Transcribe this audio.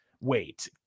wait